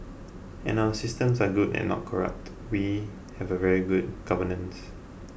and our systems are good and not corrupt we have a very good governance